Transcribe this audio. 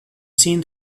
seen